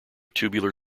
tubular